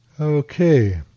Okay